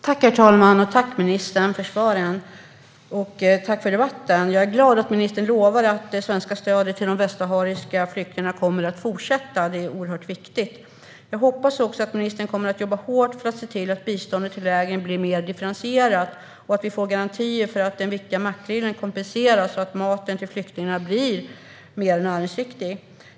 Herr talman! Tack, ministern, för svaren och debatten! Jag är glad för att ministern lovar att det svenska stödet till de västsahariska flyktingarna kommer att fortsätta. Det är oerhört viktigt. Jag hoppas också att ministern kommer att jobba hårt för att se till att biståndet till lägren blir mer differentierat och att vi får garantier för att den viktiga makrillen kompenseras så att maten till flyktingarna blir mer näringsriktig.